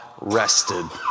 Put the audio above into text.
rested